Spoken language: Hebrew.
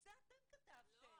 זה אתם כתבתם.